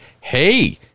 hey